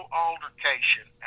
altercation